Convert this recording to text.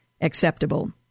acceptable